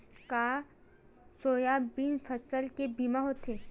का सोयाबीन फसल के बीमा होथे?